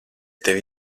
tevi